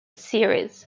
series